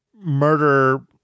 murder